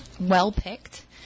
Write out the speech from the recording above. well-picked